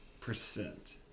percent